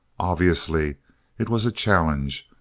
obviously it was a challenge,